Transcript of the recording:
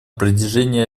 протяжении